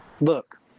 look